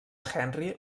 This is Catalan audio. henry